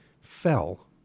fell